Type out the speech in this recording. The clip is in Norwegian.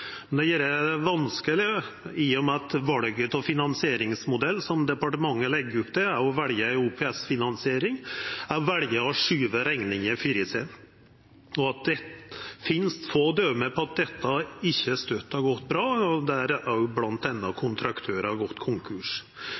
men det er vanskeleg, i og med at valet av finansieringsmodell som departementet legg opp til, er ei OPS-finansiering. Ein vel å skuva rekninga føre seg. Det finst døme på at dette ikkje støtt har gått bra, bl.a. har kontraktørar gått konkurs.